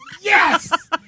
Yes